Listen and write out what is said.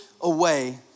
away